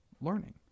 learning